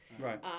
Right